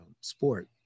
sport